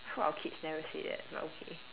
hope our kids never say that but okay